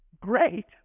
Great